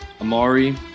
Amari